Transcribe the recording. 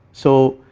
so,